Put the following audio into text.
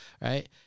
Right